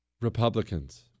Republicans